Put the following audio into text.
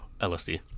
lsd